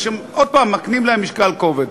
ושעוד פעם מקנים להם משקל כובד.